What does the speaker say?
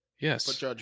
Yes